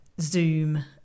Zoom